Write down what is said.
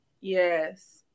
Yes